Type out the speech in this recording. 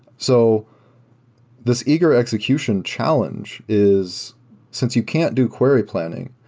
so this eager execution challenge is since you can't do query planning,